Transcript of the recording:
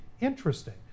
interesting